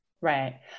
Right